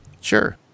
Sure